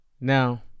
Now